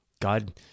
God